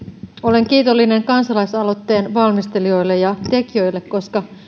olen kiitollinen kansalaisaloitteen valmistelijoille ja tekijöille koska